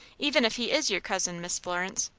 even if he is your cousin, miss florence.